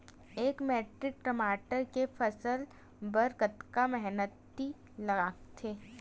एक मैट्रिक टमाटर के फसल बर कतका मेहनती लगथे?